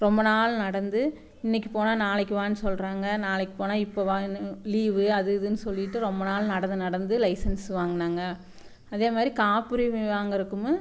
ரொம்ப நாள் நடந்து இன்றைக்கி போனால் நாளைக்கு வான்னு சொல்கிறாங்க நாளைக்கு போனால் இப்போ வான்னு லீவு அது இதுன்னு சொல்லிகிட்டு ரொம்ப நாள் நடந்து நடந்து லைசன்ஸ் வாங்குனாங்க அதே மாதிரி காப்புரிமை வாங்கிறதுக்கும்